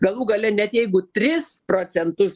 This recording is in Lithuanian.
galų gale net jeigu tris procentus